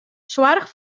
soarch